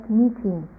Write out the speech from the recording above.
meeting